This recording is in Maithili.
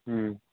हूँ